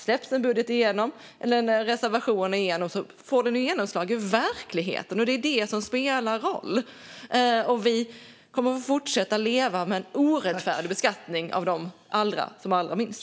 Om en budget eller en reservation släpps igenom får den genomslag i verkligheten, och det är det som spelar roll. Vi kommer att få fortsätta att leva med en orättfärdig beskattning av dem som har allra minst.